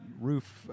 roof